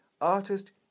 artist